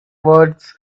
words